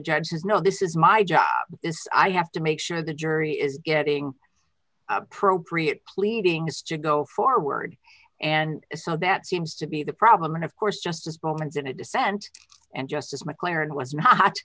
judge says no this is my job i have to make sure the jury is getting appropriate pleadings to go forward and so that seems to be the problem and of course justice bowman's in a dissent and justice mclaren was not